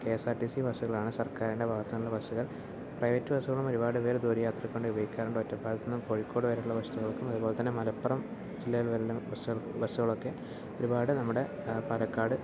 K S R T C ബസ്സുകളാണ് സർക്കാരിൻ്റെ ഭാഗത്തുള്ള ബസ്സുകൾ പ്രൈവറ്റ് ബസ്സുകളും ഒരുപാട് പേര് ദൂരയാത്രയ്ക്ക് വേണ്ടി ഉപയോഗിക്കാറുണ്ട് ഒറ്റപ്പാലത്തു നിന്ന് കോഴിക്കോട് വരെ ഉള്ള ബസ്സുകൾക്കും അതുപോലെ മലപ്പുറം ജില്ലയിലുള്ള ബസ്സുക ബസ്സുകളൊക്കെ ഒരുപാട് നമ്മുടെ പാലക്കാട്